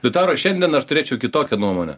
liutaurai šiandien aš turėčiau kitokią nuomonę